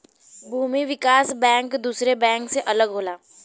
भूमि विकास बैंक दुसरे बैंक से अलग होला